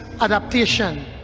adaptation